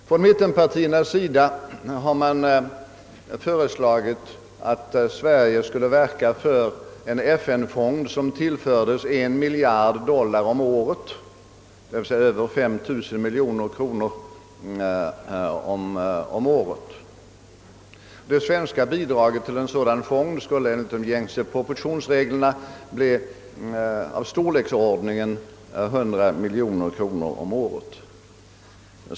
Från mittenpartiernas sida har vi föreslagit att Sverige skulle verka för en FN-fond som tillfördes en miljard dollar om året, d.v.s. över 5000 miljoner kronor om året. Det svenska bidraget till en sådan fond skulle enligt gängse proportionsregler bli av storleksordningen 100 miljoner kronor om året.